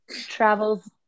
travel's